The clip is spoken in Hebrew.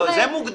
לא, זה מוגדר.